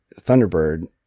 Thunderbird